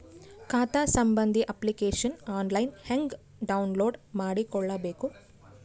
ಖಾತಾ ಸಂಬಂಧಿ application online ಹೆಂಗ್ ಡೌನ್ಲೋಡ್ ಮಾಡಿಕೊಳ್ಳಬೇಕು?